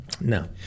No